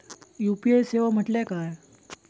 UPI सेवा म्हटल्या काय?